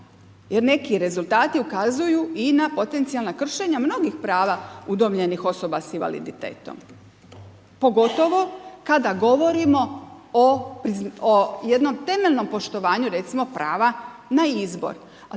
jer neki rezultati ukazuju i na potencijalna kršenja mnogih prava udomljenih osoba s invaliditetom pogotovo kada govorimo o jednom temeljnom poštovanju recimo prava na izbor,